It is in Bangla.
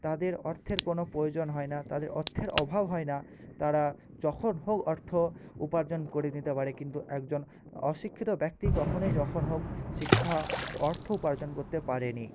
তাদের অর্থের কোনো প্রয়োজন হয় না তাদের অর্থের অভাব হয় না তারা যখন হোক অর্থ উপার্জন করে নিতে পারে কিন্তু একজন অশিক্ষিত ব্যক্তি কখনই যখন হোক শিক্ষা অর্থ উপার্জন করতে পারেনি